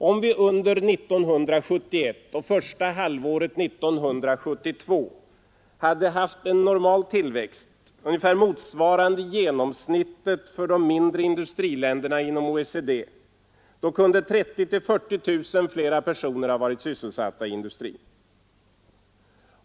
Om vi under 1971 och första halvåret 1972 hade haft en normal tillväxt, ungefär motsvarande genomsnittet för de mindre industriländerna inom OECD, kunde 30 000-40 000 flera personer ha varit sysselsatta i industrin.